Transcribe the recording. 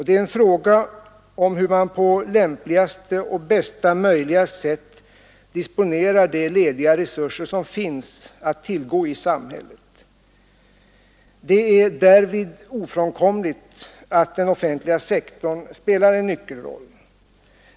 Det är en fråga om hur man på lämpligaste och Nr 109 bästa möjliga sätt disponerar de lediga resurser som finns att tillgå i Måndagen den samhället. Därvid är det ofrånkomligt att den offentliga sektorn spelar en 4 juni 1973 nyckelroll.